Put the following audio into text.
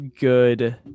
good